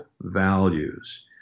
values